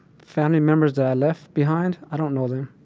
family members that i left behind, i don't know them.